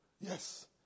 Yes